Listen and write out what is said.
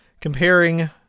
comparing